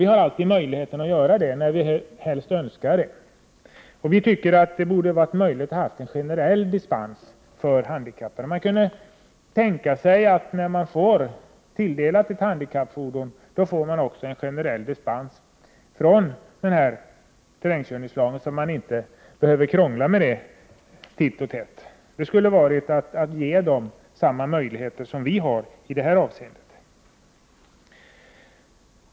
Vi har alltid möjlighet att göra det när vi helst önskar det. Vi tycker att det borde ha varit möjligt att ge en generell dispens för handikappade. Man kunde tänka sig att man, när man får sig Prot. 1988/89:120 tilldelat ett handikappfordon, också får en generell dispens från terrängkör 24 maj 1989 ningslagen, så att man inte behöver krångla med den titt som tätt. Man borde ha gett de handikappade samma möjligheter i detta avseende.